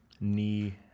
knee